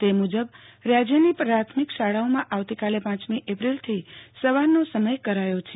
તે મુજબ રાજયની પ્રાથમિક શાળાઓમાં આવતીકાલે પાંચમી એપ્રિલથી સવારનો સમય કરાયો છે